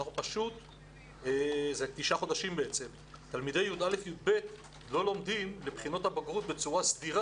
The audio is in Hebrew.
מדובר בתשעה חודשים שהם לא לומדים בבית הספר.